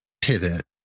pivot